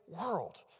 world